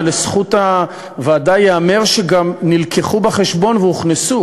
ולזכות הוועדה ייאמר שגם נלקחו בחשבון והוכנסו.